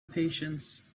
patience